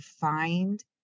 find